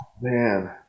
Man